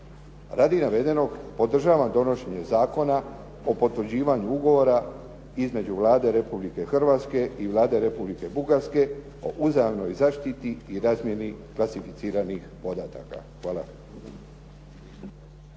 Radi navedenog podržavam donošenje Zakona o potvrđivanju Ugovora između Vlade Republike Hrvatske i Vlade Republike Bugarske o uzajamnoj zaštiti i razmjeni klasificiranih podataka. Hvala.